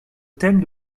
thème